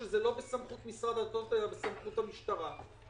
שזה לא בסמכות משרד הדתות אלא בסמכות המשטרה.